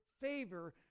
favor